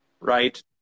right